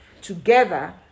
together